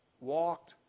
walked